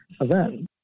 event